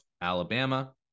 Alabama